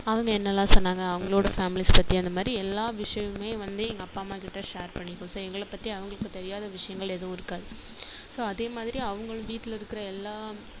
அவங்க என்னலாம் சொன்னாங்க அவங்களோட ஃபேமிலிஸ் பற்றி அந்தமாதிரி எல்லா விஷயமுமே வந்து எங்கள் அப்பா அம்மா கிட்ட ஷேர் பண்ணிக்கும் ஸோ எங்களை பற்றி அவங்களுக்கு தெரியாத விஷயங்கள் எதுவும் இருக்காது ஸோ அதே மாதிரி அவங்களும் வீட்டில் இருக்கிற எல்லா